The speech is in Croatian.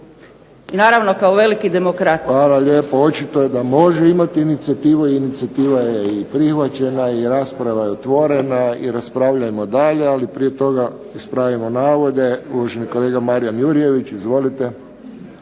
**Friščić, Josip (HSS)** Hvala lijepo. Očito je da može imati inicijativu i inicijativa je i prihvaćena, i rasprava je otvorena i raspravljajmo dalje, ali prije toga ispravimo navode. Uvaženi kolega Marin Jurjević. Izvolite.